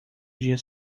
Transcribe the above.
dia